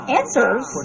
answers